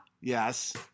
Yes